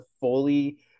fully